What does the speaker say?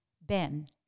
Ben